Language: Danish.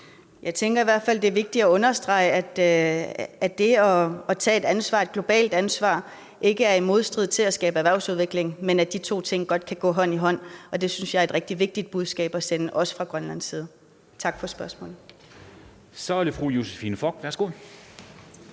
Jeg tænker i hvert fald, at det er vigtigt at understrege, at det at tage et ansvar, et globalt ansvar, ikke er i modstrid med at skabe erhvervsudvikling, men at de to ting godt kan gå hånd i hånd. Og det synes jeg er et rigtig vigtigt budskab at sende, også fra Grønlands side. Tak for spørgsmålet. Kl. 20:13 Første